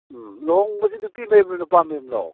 ꯎꯝ ꯂꯨꯨꯍꯣꯡꯕꯁꯤ ꯅꯨꯄꯤ ꯃꯌꯨꯝꯂꯣ ꯅꯨꯄꯥ ꯃꯌꯨꯝꯂꯣ